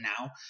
now